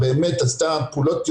אנחנו הבנו שהתכנית הזאת היא ייחודית,